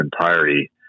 entirety